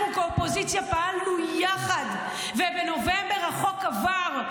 אנחנו כאופוזיציה פעלנו יחד, ובנובמבר החוק עבר.